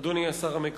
אדוני השר המקשר,